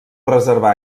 reservar